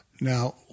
Now